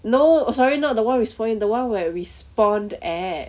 no oh sorry not the one we spawn in the one where we spawned at